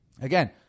again